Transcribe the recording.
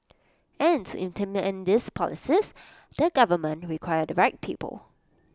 and to implement these policies the government require the right people